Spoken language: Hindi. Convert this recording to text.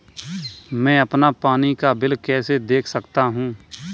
मैं अपना पानी का बिल कैसे देख सकता हूँ?